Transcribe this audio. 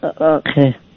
Okay